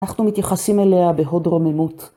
אנחנו מתייחסים אליה בהוד רוממות.